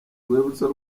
rwibutso